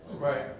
Right